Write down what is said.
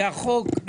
זה החוק,